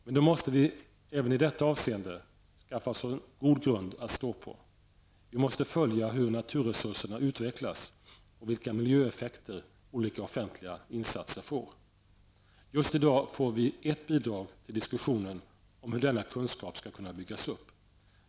Men då måste vi även i detta avseende skaffa oss en god grund att stå på. Vi måste följa hur naturresurserna utvecklas och vilka miljöeffekter olika offentliga insatser får. Just i dag får vi ett bidrag till diskussionen om hur denna kunskap skall kunna byggas upp.